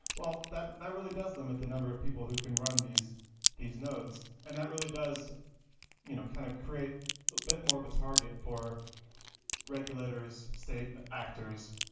that that really does limit the number of people who can run these these nodes and that really does you know kind of create a bit more of a target for regulators, state actors,